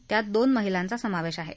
त्यात दोन महिलांचा समावेश आहे